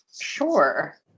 sure